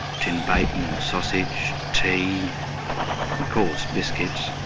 tin bacon or sausage, tea, and, of course, biscuits.